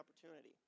opportunity